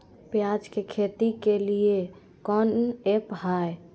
प्याज के खेती के लिए कौन ऐप हाय?